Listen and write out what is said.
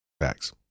facts